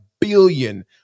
billion